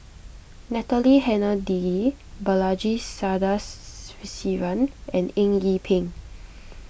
Natalie Hennedige Balaji Sadasivan and Eng Yee Peng